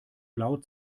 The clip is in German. laut